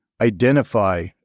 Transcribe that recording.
identify